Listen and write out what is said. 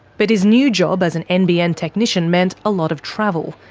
but his new job as an nbn technician meant a lot of travel,